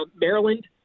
Maryland